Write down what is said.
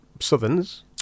Southerns